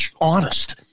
honest